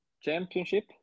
championship